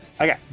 Okay